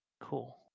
Cool